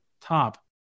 top